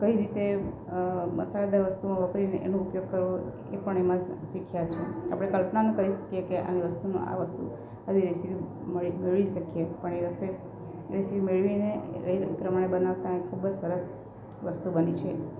કઈ રીતે મસાલેદાર વસ્તુઓ વાપરીને એનો ઉપયોગ કરવો એ પણ એમાં જ શીખ્યા છીએ આપડે કલ્પનામા કરી શકીએ કે આવી વસ્તુનો આ વસ્તુ આવી રેસીપી મેળવી શકીએ પણ એ રસોઈ રેસીપી મેળવીને એ પ્રમાણે બનાવતા એ ખૂબ જ સરસ વસ્તુ બની છે